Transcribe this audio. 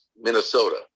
Minnesota